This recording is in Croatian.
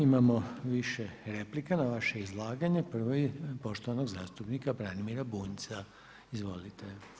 Imamo više replika na vaše izlaganje, prva je poštovanog zastupnika Branimira Bunjca, izvolite.